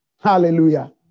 Hallelujah